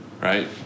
right